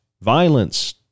Violence